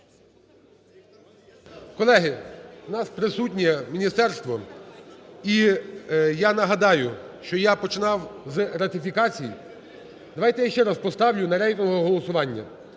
Колеги, у нас присутнє міністерство. І я нагадаю, що я починав з ратифікації. Давайте я ще раз поставлю на рейтингове голосування.